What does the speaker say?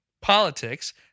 politics